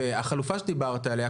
והחלופה שדיברת עליה,